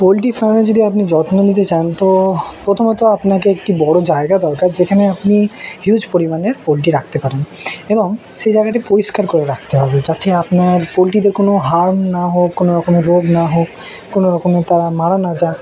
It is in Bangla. পোলট্রি ফার্মে যদি আপনি যত্ন নিতে চান তো প্রথমত আপনাকে একটি বড়ো জায়গা দরকার যেখানে আপনি হিউজ পরিমাণের পোলট্রি রাখতে পারেন এবং সেই জায়গাটি পরিষ্কার করে রাখতে হবে যাতে আপনার পোলট্রিতে কোনো হার্ম না হোক কোনো রকমের রোগ না হোক কোনো রকমের তারা মারা না যাক